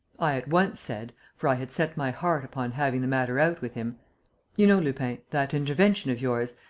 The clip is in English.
i at once said, for i had set my heart upon having the matter out with him you know, lupin, that intervention of yours,